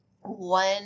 one